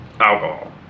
Alcohol